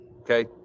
okay